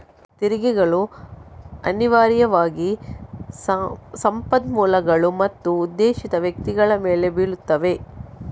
ತೆರಿಗೆಗಳು ಅನಿವಾರ್ಯವಾಗಿ ಸಂಪನ್ಮೂಲಗಳು ಮತ್ತು ಉದ್ದೇಶಿತ ವ್ಯಕ್ತಿಗಳ ಮೇಲೆ ಬೀಳುತ್ತವೆ